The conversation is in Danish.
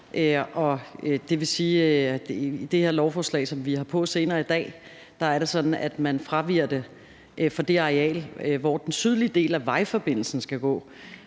100 m bred, og i det lovforslag, som vi har på senere i dag, er det sådan, at man fraviger det på det areal, hvor den sydlige del af vejforbindelsen skal gå.